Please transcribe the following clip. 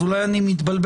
אז אולי אני מתבלבל,